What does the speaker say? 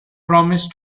promise